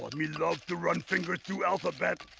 me love to run finger through alphabet.